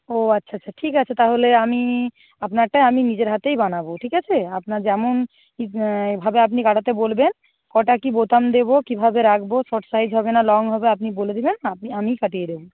ও আচ্ছা আচ্ছা ঠিক আছে তাহলে আমি আপনারটায় আমি নিজের হাতেই বানাবো ঠিক আছে আপনার যেমন ভাবে আপনি কাটাতে বলবেন কটা কি বোতাম দেবো কীভাবে রাখবো শর্ট সাইজ হবে না লং হবে আপনি বলে দেবেন আমিই কাটিয়ে দেবো